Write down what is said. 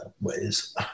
ways